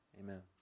Amen